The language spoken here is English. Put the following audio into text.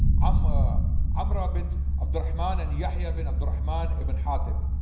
um ah amrah bint abd ar-rahman and yahya ibn abd ar-rahman ibn haatib.